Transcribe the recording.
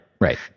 Right